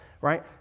right